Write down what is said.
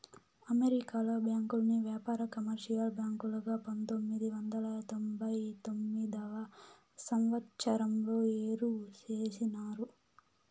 అమెరికాలో బ్యాంకుల్ని వ్యాపార, కమర్షియల్ బ్యాంకులుగా పంతొమ్మిది వందల తొంభై తొమ్మిదవ సంవచ్చరంలో ఏరు చేసినారు